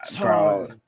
Bro